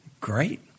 great